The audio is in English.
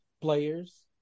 players